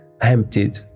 emptied